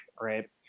right